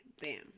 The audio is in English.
bam